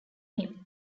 him